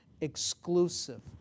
exclusive